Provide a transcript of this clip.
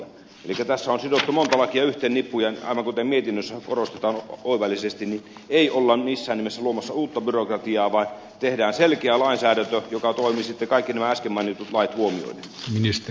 elikkä tässä on sidottu monta lakia yhteen nippuun ja aivan kuten mietinnössä korostetaan oivallisesti ei olla missään nimessä luomassa uutta byrokratiaa vaan tehdään selkeä lainsäädäntö joka toimii sitten kaikki nämä äsken mainitut lait huomioiden